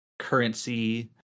currency